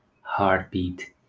heartbeat